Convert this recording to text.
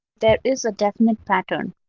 there is a definite pattern.